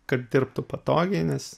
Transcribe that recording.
kad dirbtų patogiai nes